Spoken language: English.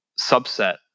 subset